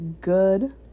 good